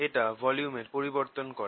এটা ভলিউমের পরিবর্তন করে